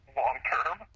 long-term